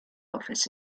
office